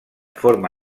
forma